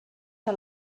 que